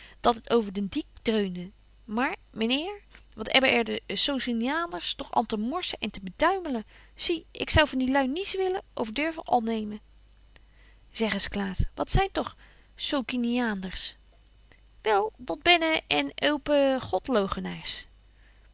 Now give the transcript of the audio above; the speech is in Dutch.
dat et over den diek dreunde maer men eer wat ebben er de sociniaenders toch an te morsen en te beduimelen zie ik zou van die lui niets willen of durven annemen zeg eens klaas wat zyn toch sociniaanders wel dat bennen en ope